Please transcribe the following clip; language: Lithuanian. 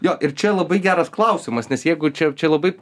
jo ir čia labai geras klausimas nes jeigu čia čia labai